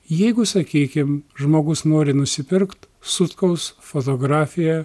jeigu sakykim žmogus nori nusipirkt sutkaus fotografiją